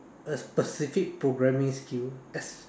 a specific programming skill